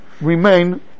Remain